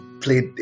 played